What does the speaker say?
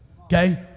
Okay